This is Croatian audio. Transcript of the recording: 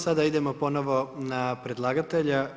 Sada idemo ponovo na predlagatelja.